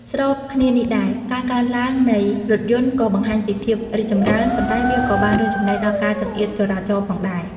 ស្របគ្នានេះដែរ ការកើនឡើងនៃ រថយន្ត ក៏បង្ហាញពីភាពរីកចម្រើន ប៉ុន្តែវាក៏បានរួមចំណែកដល់ការចង្អៀតចរាចរណ៍ផងដែរ។